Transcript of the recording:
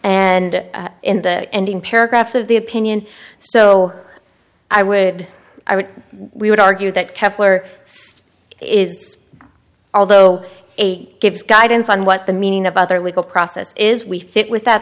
and in the ending paragraphs of the opinion so i would i would we would argue that kepler is although gives guidance on what the meaning of other legal process is we fit with that